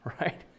right